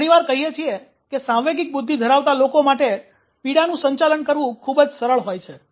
આપણે ઘણીવાર કહીએ છીએ કે સાંવેગિક બુદ્ધિ ધરાવતા લોકો માટે પીડાદુઃખ નું સંચાલન કરવું ખૂબ જ સરળ હોય છે